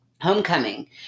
homecoming